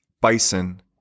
bison